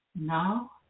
Now